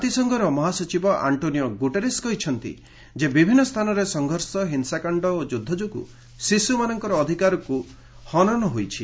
ଜାତିସଂଘର ମହାସଚିବ Antonio Guterres କହୁଛନ୍ତି ଯେ ବିଭିନ୍ନ ସ୍ଥାନରେ ସଂଘର୍ଷ ହିଂସାକାଣ୍ଡ ଓ ଯୁଦ୍ଧ ଯୋଗୁଁ ଶିଶୁମାନଙ୍କର ଅଧିକାର ହନନ ହୋଇଛି